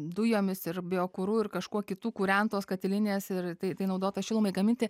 dujomis ir biokuru ir kažkuo kitu kūrentos katilinės ir tai tai naudota šilumai gaminti